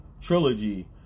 trilogy